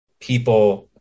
people